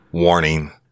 Warning